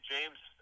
James